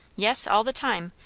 yes, all the time.